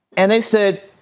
and they said,